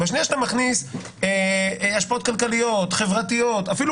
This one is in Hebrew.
בשנייה שאתה מכניס השפעות כלכליות, חברתיות, אפילו